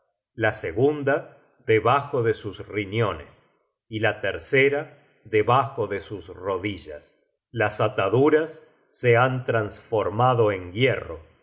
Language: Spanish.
la segunda debajo de sus riñones y la tercera debajo de sus rodillas las ataduras se han trasformado en hierro